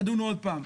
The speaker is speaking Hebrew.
תדונו עוד פעם.